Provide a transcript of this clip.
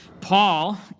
Paul